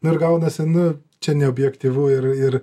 nu ir gaunasi nu čia neobjektyvu ir ir